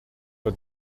but